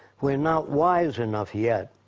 we're not wise enough yet.